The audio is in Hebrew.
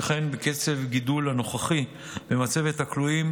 שכן בקצב הגידול הנוכחי במצבת הכלואים,